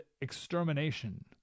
extermination